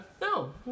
No